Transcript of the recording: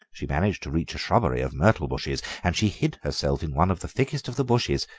she managed to reach a shrubbery of myrtle bushes and she hid herself in one of the thickest of the bushes.